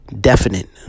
definite